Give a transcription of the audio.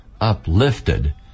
uplifted